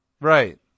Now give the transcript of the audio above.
Right